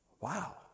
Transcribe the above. Wow